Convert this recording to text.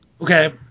Okay